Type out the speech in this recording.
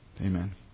Amen